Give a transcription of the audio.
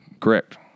Correct